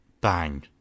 Bang